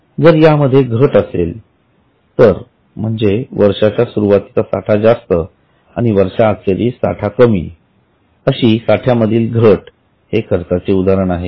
जर या साठ्यामध्ये घट झाली असेल तर म्हणजे वर्षा सुरूवातीचा साठा जास्त आणि वर्षाखेरीस साठा कमी अशी साठ्या मधील घट हे खर्चाचे उदाहरण आहे